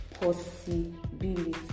Possibility